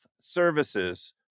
Services